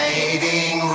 Waiting